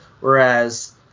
Whereas